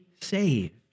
saved